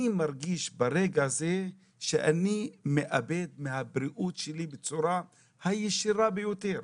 אני מרגיש ברגע הזה שאני מאבד מהבריאות שלי בצורה הישירה ביותר.